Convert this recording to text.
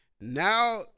now